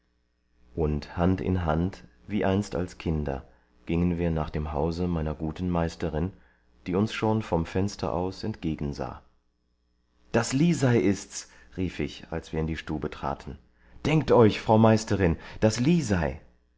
und hand in hand wie einst als kinder gingen wir nach dem hause meiner guten meisterin die uns schon vom fenster aus entgegensah das lisei ist's rief ich als wir in die stube traten denkt euch frau meisterin das lisei